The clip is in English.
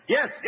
Yes